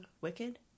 Wicked